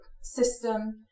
system